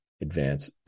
advance